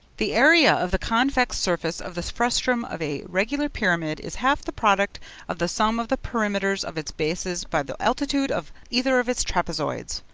the area of the convex surface of the frustum of a regular pyramid is half the product of the sum of the perimeters of its bases by the altitude of either of its trapezoids.